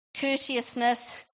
courteousness